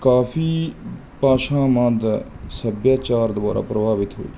ਕਾਫੀ ਭਾਸ਼ਾਵਾਂ ਦਾ ਸੱਭਿਆਚਾਰ ਦੁਆਰਾ ਪ੍ਰਭਾਵਿਤ ਹੋਈ